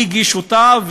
מי הגיש אותה,